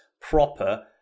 proper